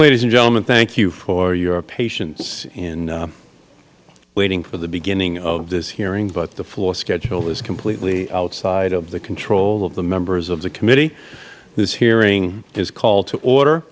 and gentlemen thank you for your patience in waiting for the beginning of this hearing but the floor schedule is completely outside the control of the members of the committee this hearing is called to order